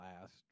last